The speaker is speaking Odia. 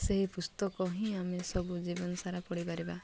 ସେହି ପୁସ୍ତକ ହିଁ ଆମେ ସବୁ ଜୀବନସାରା ପଢ଼ିପାରିବା